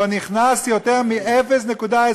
לא נכנס יותר מ-0.25%.